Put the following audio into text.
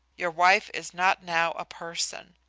your wife is not now a person.